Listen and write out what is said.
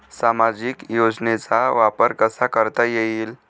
सामाजिक योजनेचा वापर कसा करता येईल?